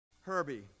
Herbie